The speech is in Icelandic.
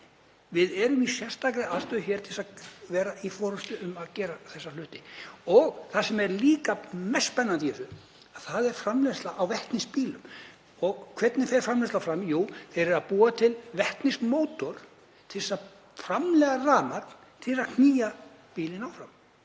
Við erum í sérstakri aðstöðu hér til þess að vera í forystu um að gera þessa hluti. Það sem er mest spennandi í þessu er framleiðsla á vetnisbílum. Og hvernig fer framleiðslan fram? Jú, þeir eru að búa til vetnismótor til að framleiða rafmagn til að knýja bílinn áfram.